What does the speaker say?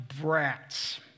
brats